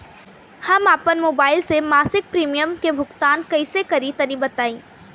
हम आपन मोबाइल से मासिक प्रीमियम के भुगतान कइसे करि तनि बताई?